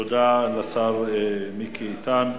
תודה לשר מיקי איתן.